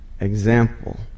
example